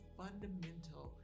fundamental